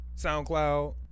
SoundCloud